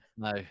No